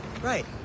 Right